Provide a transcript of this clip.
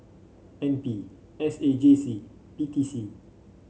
N P S A J C P T C